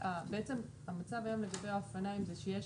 בעצם המצב היום לגבי האופניים זה שיש